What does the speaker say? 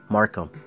Markham